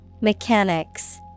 Mechanics